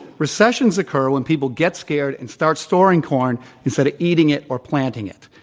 recessions occur when people get scared and start storing corn instead of eating it or planting it.